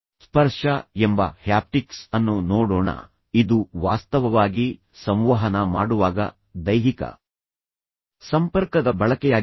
ಸ್ಪರ್ಶ ಎಂಬ ಹ್ಯಾಪ್ಟಿಕ್ಸ್ ಅನ್ನು ನೋಡೋಣ ಇದು ವಾಸ್ತವವಾಗಿ ಸಂವಹನ ಮಾಡುವಾಗ ದೈಹಿಕ ಸಂಪರ್ಕದ ಬಳಕೆಯಾಗಿದೆ